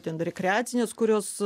ten rekreacinės kurios